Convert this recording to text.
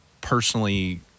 personally